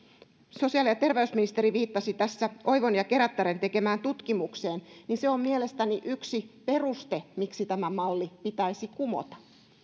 sosiaali ja terveysministeri viittasi tässä oivon ja kerättären tekemään tutkimukseen ja itse asiassa se on mielestäni yksi peruste miksi tämä malli pitäisi kumota